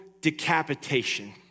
decapitation